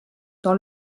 dans